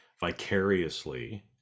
vicariously